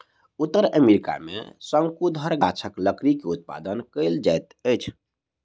उत्तर अमेरिका में शंकुधर गाछक लकड़ी के उत्पादन कायल जाइत अछि